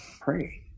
Pray